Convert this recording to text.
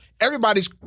everybody's